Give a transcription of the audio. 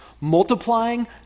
multiplying